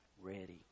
Ready